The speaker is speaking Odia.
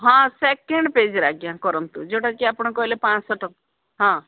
ହଁ ସେକେଣ୍ଡ ପେଜ୍ରେ ଆଜ୍ଞା କରନ୍ତୁ ଯୋଉଟା କିି ଆପଣ କହିଲେ ପାଞ୍ଚ ଶହ ହଁ